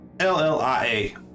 L-L-I-A